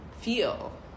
feel